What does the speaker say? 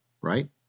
right